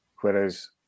Whereas